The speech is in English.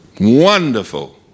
Wonderful